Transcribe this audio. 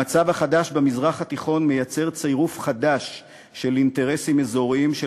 המצב החדש במזרח התיכון מייצר צירוף חדש של אינטרסים אזוריים של